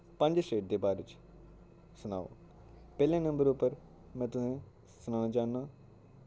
पंज स्टेट दे बारे च सनाओ पैह्ले नम्बर उप्पर में तुसें सनाना चाह्ना